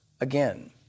again